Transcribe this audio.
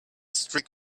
strict